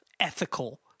ethical